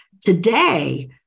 today